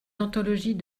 anthologies